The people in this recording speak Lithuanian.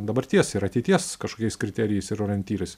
dabarties ir ateities kažkokiais kriterijais ir orientyrais